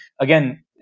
again